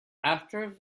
after